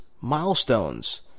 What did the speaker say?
milestones